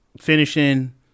Finishing